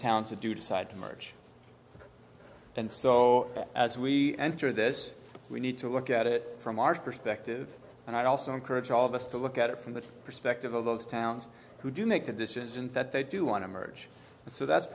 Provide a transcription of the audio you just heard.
towns to do decide to merge and so as we enter this we need to look at it from our perspective and i'd also encourage all of us to look at it from the perspective of those towns who do make the decision that they do want to merge so that's